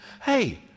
Hey